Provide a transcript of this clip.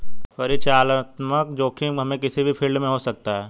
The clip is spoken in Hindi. परिचालनात्मक जोखिम हमे किसी भी फील्ड में हो सकता है